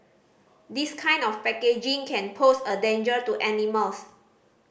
this kind of packaging can pose a danger to animals